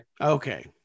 Okay